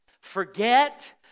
forget